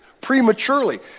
prematurely